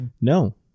no